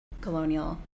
colonial